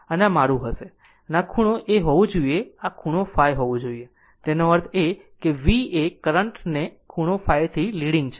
અને તે મારું હશે અને આ ખૂણો એ હોવું જોઈએ કે આ ખૂણો ϕ હોવું જોઈએ એનો અર્થ એ કે v એ કરંટ ને ખૂણો ϕ થી લીડીગ છે